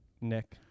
Nick